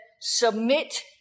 submit